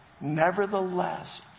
Nevertheless